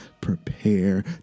prepare